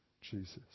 Jesus